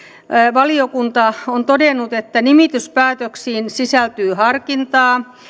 valiokunta on todennut että nimityspäätöksiin sisältyy harkintaa